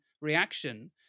reaction